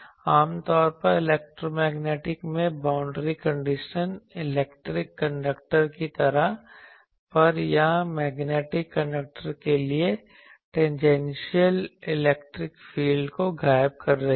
आमतौर पर electro magnetic में बाउंड्री कंडीशन इलेक्ट्रिक कंडक्टर की सतह पर या मैग्नेटिक कंडक्टर के लिए टेंनजेनशियल इलेक्ट्रिक फील्ड को गायब कर रही है